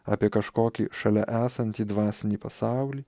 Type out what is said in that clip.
apie kažkokį šalia esantį dvasinį pasaulį